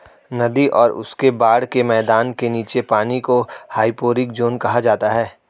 नदी और उसके बाढ़ के मैदान के नीचे के पानी को हाइपोरिक ज़ोन कहा जाता है